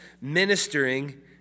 ministering